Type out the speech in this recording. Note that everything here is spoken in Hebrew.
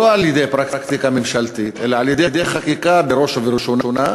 לא על-ידי פרקטיקה ממשלתית אלא על-ידי חקיקה בראש ובראשונה.